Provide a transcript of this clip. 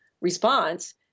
response